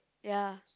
ya